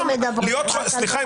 סליחה,